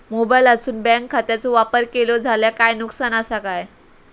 मोबाईलातसून बँक खात्याचो वापर केलो जाल्या काय नुकसान असा काय?